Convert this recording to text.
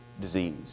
disease